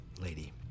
lady